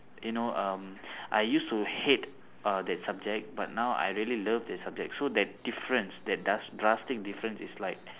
you know um I used to hate uh that subject but now I really love that subject so that difference that dras~ drastic difference is like